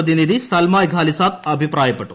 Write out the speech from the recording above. പ്രതിനിധി Zalmay Khalilzad അഭിപ്രായപ്പെട്ടു